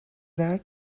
that